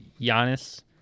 Giannis